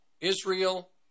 Israel